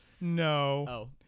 No